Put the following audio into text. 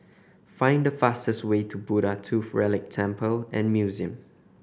find the fastest way to Buddha Tooth Relic Temple and Museum